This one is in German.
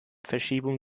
verschiebung